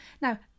Now